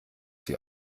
sie